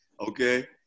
okay